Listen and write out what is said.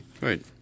right